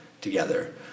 together